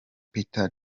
petr